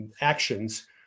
actions